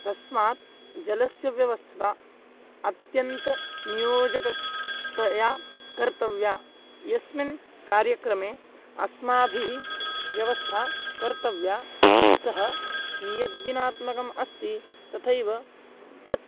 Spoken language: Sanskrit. तस्मात् जलस्य व्यवस्था अत्यन्तनियोजकतया तया कर्तव्या यस्मिन् कार्यक्रमे अस्माभिः व्यवस्था कर्तव्या सः कियद् दिनात्मकः अस्ति तथैव तत्